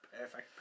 Perfect